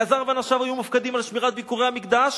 "אלעזר ואנשיו היו מופקדים על שמירת ביכורי המקדש,